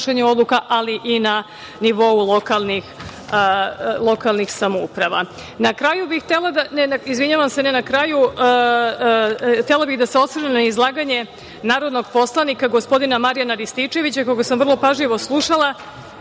ali i na nivou lokalnih samouprava. Htela da se osvrnem na izlaganje narodnog poslanika, gospodina Marijana Rističevića koga sam vrlo pažljivo slušala